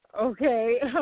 Okay